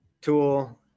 Tool